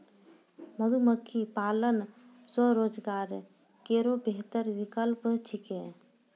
मधुमक्खी पालन स्वरोजगार केरो बेहतर विकल्प छिकै